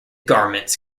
garments